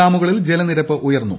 ഡാമുകളിൽ ജലനിരപ്പ് ഉയർന്നു